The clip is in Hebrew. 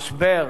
שהמשבר,